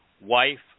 wife